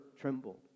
trembled